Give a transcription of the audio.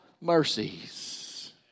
mercies